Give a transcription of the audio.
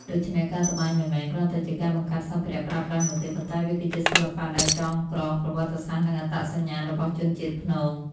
ដូច្នេះ ការត្បាញមិនមែនគ្រាន់តែជាការបង្កើតសម្ភារៈប្រើប្រាស់នោះទេ ប៉ុន្តែវាគឺជាសិល្បៈដែលចងក្រងប្រវត្តិសាស្ត្រនិងអត្តសញ្ញាណរបស់ជនជាតិព្នង។